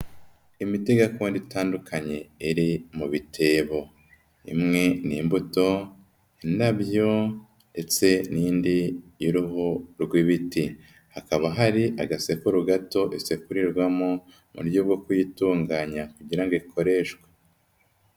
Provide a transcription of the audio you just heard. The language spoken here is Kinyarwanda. Imiti gakondo itandukanye iri mu bitebo, imwe n'imbuto, indabyo ndetse n'indi y'uruhu rw'ibiti, hakaba hari agasekuru gato isekurirwamo mu buryo bwo kuyitunganya kugira ngo ikoreshwe.